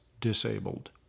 disabled